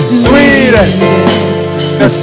sweetest